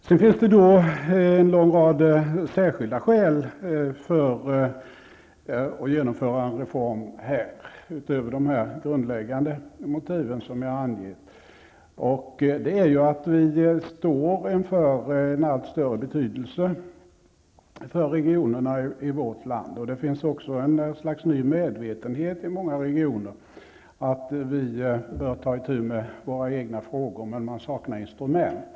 Sedan finns det en lång rad särskilda skäl för att genomföra en reform, utöver de grundläggande motiven som jag har angett. Vi står ju inför att regionerna får allt större betydelse i vårt land. Det finns också ett slags ny medvetenhet i många regioner om att man bör ta itu med sina egna frågor, men man saknar instrument.